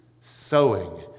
sowing